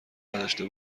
نداشته